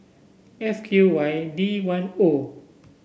F Q Y D one O